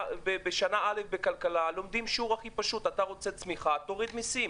בשנה אל"ף בכלכלה לומדים שיעור הכי פשוט: אתה רוצה צמיחה תוריד מיסים.